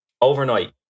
Overnight